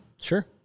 Sure